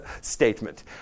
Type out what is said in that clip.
statement